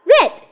Red